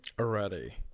already